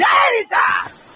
Jesus